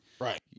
right